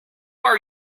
are